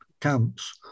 camps